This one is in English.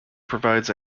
provides